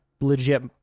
legit